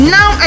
Now